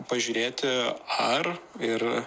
pažiūrėti ar ir